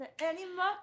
anymore